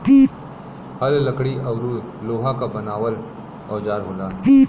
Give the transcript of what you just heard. हल लकड़ी औरु लोहा क बनावल औजार होला